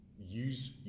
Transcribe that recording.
use